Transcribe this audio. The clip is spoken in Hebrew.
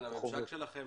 הממשק שלכם